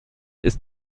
ist